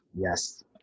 Yes